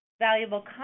valuable